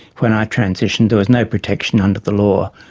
when i transitioned there was no protection under the law.